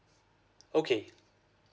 okay